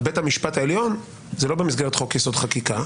בית המשפט העליון זה לא במסגרת חוק-יסוד: חקיקה,